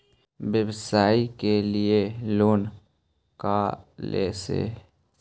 व्यवसाय के लिये लोन खा से ले?